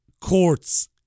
courts